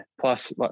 Plus